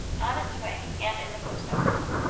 on its way, and in the post office.